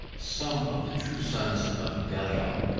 some of the true sons of belial,